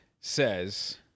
says